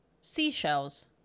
seashells